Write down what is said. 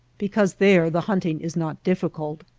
because there the hunting is not difficult.